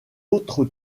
autre